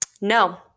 no